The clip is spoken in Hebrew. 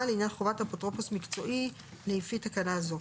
לעניין חובת אפוטרופוס מקצועי לפי תקנה זו.